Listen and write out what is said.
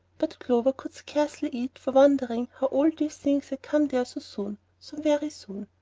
but clover could scarcely eat for wondering how all these things had come there so soon, so very soon.